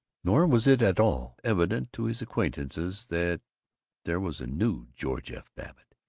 nor was it at all evident to his acquaintances that there was a new george f. babbitt,